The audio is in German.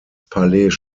palais